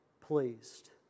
pleased